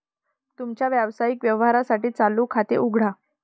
तुमच्या व्यावसायिक व्यवहारांसाठी चालू खाते उघडा